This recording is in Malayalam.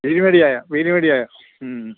പീരുമേട് ചായ പീരുമേട് ചായ മ്മ്